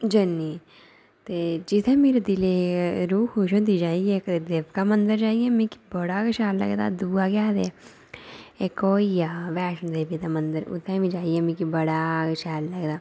जन्नी ते जित्थै मेरे दिलै रूह् खुश होंदी जाइयै कदें देवका मंदर जाइयै मिगी बड़ा गै शैल लगदा दूआ केह् आखदे इक ओह् होई गेआ बैश्णो देवी दा मंदर उत्थै बी जाइयै मिगी बड़ा गै शैल लगदा